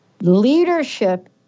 leadership